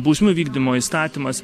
bausmių vykdymo įstatymas